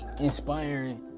inspiring